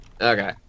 Okay